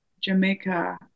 jamaica